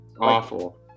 Awful